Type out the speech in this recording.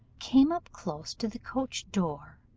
came up close to the coach door,